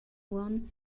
uonn